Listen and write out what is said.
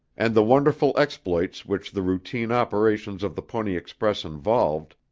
and the wonderful exploits which the routine operations of the pony express involved,